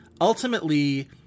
Ultimately